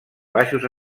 baixos